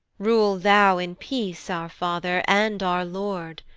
rule thou in peace, our father, and our lord!